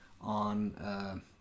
on